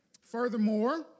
Furthermore